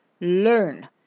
Learn